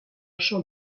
chant